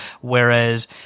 whereas